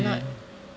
k